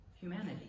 humanity